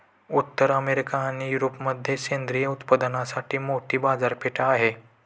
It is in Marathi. उत्तर अमेरिका आणि युरोपमध्ये सेंद्रिय उत्पादनांची मोठी बाजारपेठ आहे